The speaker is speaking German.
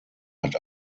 hat